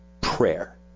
prayer